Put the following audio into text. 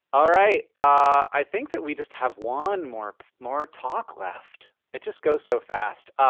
all right. i think that we just have one more more talk left. it just goes so fast.